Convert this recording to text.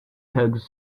hugs